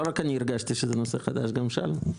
לא רק אני הרגשתי שזה נושא חדש גם שלום.